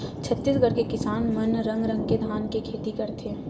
छत्तीसगढ़ के किसान मन रंग रंग के धान के खेती करथे